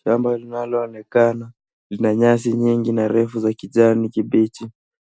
Shamba linaloonekana lina nyasi nyingi na refu za kijani kibichi.